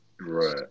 Right